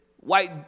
white